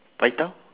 pai tao